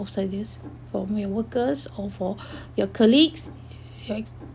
outsiders or my workers or for your colleagues